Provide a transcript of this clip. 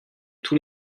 tous